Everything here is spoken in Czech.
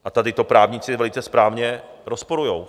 A tady to právníci velice správně rozporují.